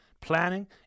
planning